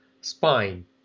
spine